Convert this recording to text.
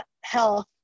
health